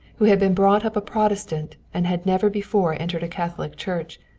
who had been brought up a protestant and had never before entered a catholic church,